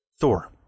Thor